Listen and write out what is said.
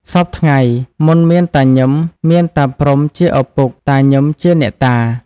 សព្វថ្ងៃមុនមានតាញឹម មានតាព្រំុជាឪពុក តាញឹមជាអ្នកតា។